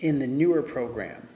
in the newer program